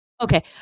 Okay